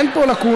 אין פה לקונה,